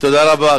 תודה רבה.